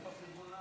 ואטורי,